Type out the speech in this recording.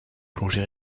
plongée